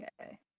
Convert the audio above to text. Okay